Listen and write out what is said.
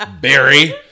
Barry